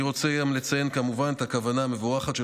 אני רוצה גם לציין כמובן את הכוונה המבורכת של